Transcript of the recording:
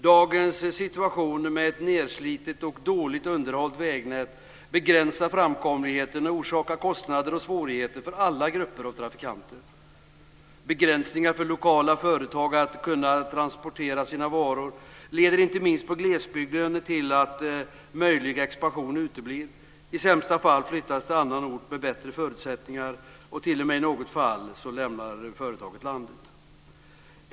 Dagens situation med ett nedslitet och dåligt underhållet vägnät begränsar framkomligheten och orsakar kostnader och svårigheter för alla grupper av trafikanter. Begränsningar för lokala företag att kunna transportera sina varor leder inte minst på glesbygden till att möjlig expansion uteblir. I sämsta fall flyttas verksamheten till annan ort med bättre förutsättningar, och i något fall lämnar företaget t.o.m. landet.